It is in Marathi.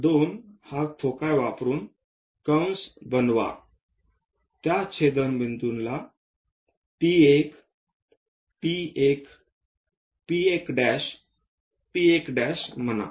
F2 हा फोकाय वापरून कंस बनवा त्या छेदनबिंदूला P 1 P 1 P 1' P 1' म्हणा